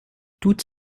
toute